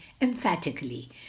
emphatically